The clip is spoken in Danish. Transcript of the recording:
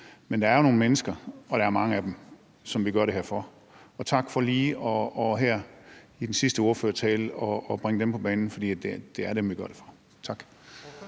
men det er jo nogle mennesker – og der er mange af dem – som vi gør det her for. Tak for lige her i den sidste ordførertale at bringe dem på banen, for det er dem, vi gør det for. Tak.